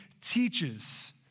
teaches